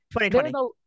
2020